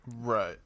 Right